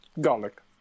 garlic